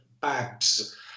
Babs